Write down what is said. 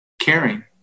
caring